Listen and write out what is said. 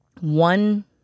one